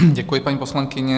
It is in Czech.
Děkuji, paní poslankyně.